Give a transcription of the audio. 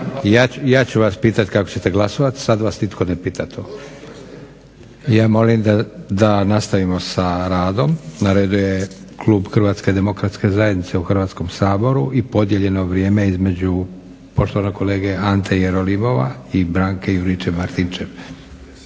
ja ću vas pitati kako ćete glasovati, sada vas nitko ne pita to. Ja molim da nastavimo sa radom. Na redu je klub HDZ-a u Hrvatskom saboru i podijeljeno vrijeme između Ante Jerolimova i Branke Juričev-Martinčev.